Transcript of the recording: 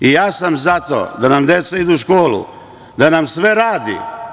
Ja sam za to da nam deca idu u školu, da nam sve radi.